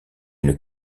une